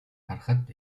харахад